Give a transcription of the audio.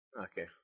Okay